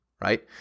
right